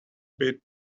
bit